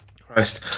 Christ